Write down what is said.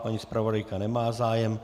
Paní zpravodajka nemá zájem.